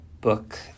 Book